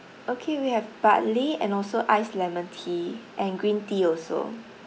okay we have barley and also iced lemon tea and green tea also